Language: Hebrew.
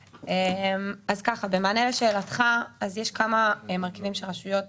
במענה לשאלתך, יש כמה מרכיבים שרשויות